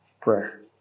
prayer